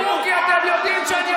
כמה זכויות, כמה טוב יש לכם.